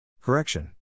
Correction